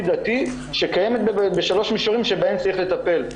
דתי שקיימת בשלושה מישורים שבהם צריך לטפל.